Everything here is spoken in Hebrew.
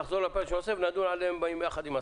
נחזור ונדון ביחד עם השר.